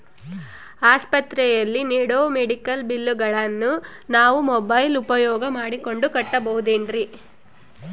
ಆಸ್ಪತ್ರೆಯಲ್ಲಿ ನೇಡೋ ಮೆಡಿಕಲ್ ಬಿಲ್ಲುಗಳನ್ನು ನಾವು ಮೋಬ್ಯೆಲ್ ಉಪಯೋಗ ಮಾಡಿಕೊಂಡು ಕಟ್ಟಬಹುದೇನ್ರಿ?